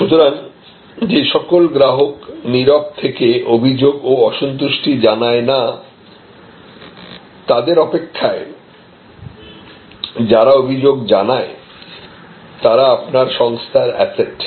সুতরাং যে সকল গ্রাহক নিরব থেকে অভিযোগ ও অসন্তুষ্টি জানায় না তাদের অপেক্ষায় যারা অভিযোগ জানায় তারা আপনার সংস্থার অ্যাসেট